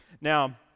Now